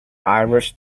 irish